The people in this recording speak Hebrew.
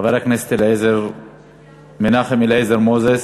חבר הכנסת מנחם אליעזר מוזס,